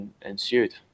ensued